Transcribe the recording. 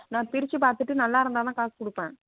நான் பிரிச்சு பார்த்துட்டு நல்லா இருந்தா தான் காசு கொடுப்பேன்